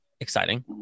exciting